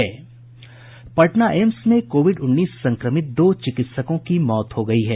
Patna AIIMS में covid उन्नीस संक्रमित दो चिकित्सकों की मौत हो गयी है